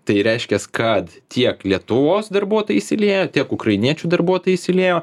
tai reiškias kad tiek lietuvos darbuotojai įsilieja tiek ukrainiečių darbuotojai įsiliejo